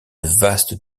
vastes